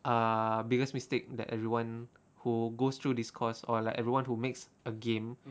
uh biggest mistake that everyone who goes through this course or like everyone who makes a game